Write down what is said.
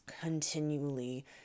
continually